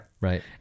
Right